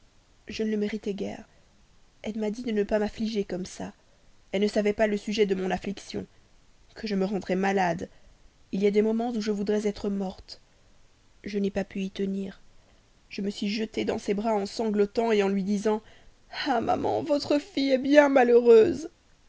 je ne le méritais guère elle m'a dit de ne pas m'affliger comme ça elle ne savait pas le sujet de mon affliction que je me rendrais malade il y a des moments où je voudrais être morte je n'ai pas pu y tenir je me suis jetée dans ses bras en sanglotant en lui disant ah maman votre fille est bien malheureuse